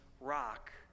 rock